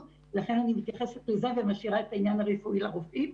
לכן אני מתייחסת לזה ומשאירה את העניין הרפואי לרופאים,